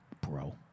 Bro